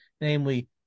namely